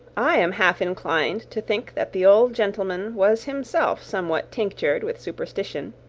i am half inclined to think that the old gentleman was himself somewhat tinctured with superstition,